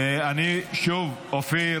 שוב, אופיר,